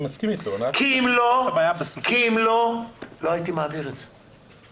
כי אם לא - לא הייתי מעביר את זה.